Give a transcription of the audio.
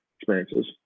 experiences